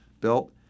built